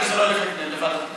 כדי שזה לא ילך לוועדת הכנסת.